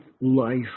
life